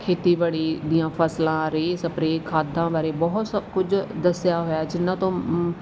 ਖੇਤੀਬਾੜੀ ਦੀਆਂ ਫਸਲਾਂ ਰੇਹ ਸਪਰੇਅ ਖਾਦਾਂ ਬਾਰੇ ਬਹੁਤ ਸਭ ਕੁਝ ਦੱਸਿਆ ਹੋਇਆ ਜਿਨ੍ਹਾਂ ਤੋਂ